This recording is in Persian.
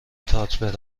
تاتر